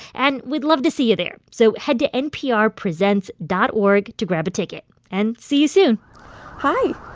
and we'd love to see you there. so head to nprpresents dot org to grab a ticket and see you soon hi.